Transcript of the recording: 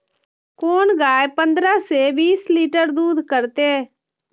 कोन गाय पंद्रह से बीस लीटर दूध करते?